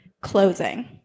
closing